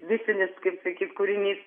vipinis kaip sakyt kūrinys